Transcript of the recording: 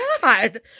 God